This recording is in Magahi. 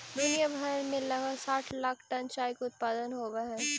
दुनिया भर में लगभग साठ लाख टन चाय के उत्पादन होब हई